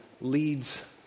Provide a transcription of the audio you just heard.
leads